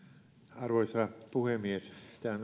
arvoisa puhemies tämä